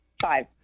Five